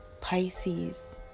Pisces